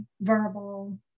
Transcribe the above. verbal